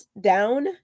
down